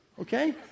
okay